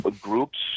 groups